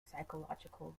psychological